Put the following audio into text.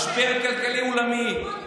משבר כלכלי עולמי,